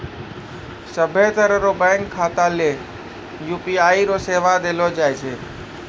सभ्भे तरह रो बैंक खाता ले यू.पी.आई रो सेवा देलो जाय छै